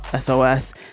SOS